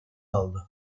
aldı